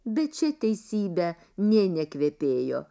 bet čia teisybe nė nekvepėjo